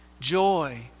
joy